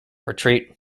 retreat